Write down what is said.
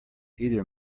either